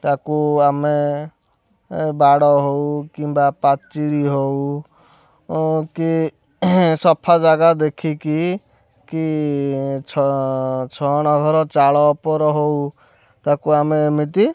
ତାକୁ ଆମେ ଏ ବାଡ଼ ହେଉ କିମ୍ବା ପାଚେରୀ ହେଉ କି ସଫା ଜାଗା ଦେଖିକି କି କି ଛ ଛଣ ଘର ଚାଳ ଅପର ହେଉ ତାକୁ ଆମେ ଏମିତି